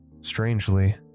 strangely